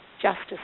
justice